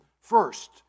first